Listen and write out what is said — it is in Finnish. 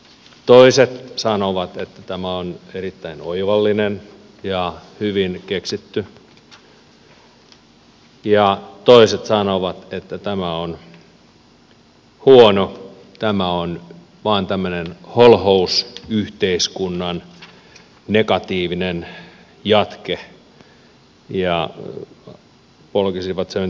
toiset sanovat että tämä on erittäin oivallinen ja hyvin keksitty ja toiset sanovat että tämä on huono tämä on vain tämmöinen holhousyhteiskunnan negatiivinen jatke ja polkisivat sen syvälle suohon